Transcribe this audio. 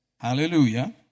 Hallelujah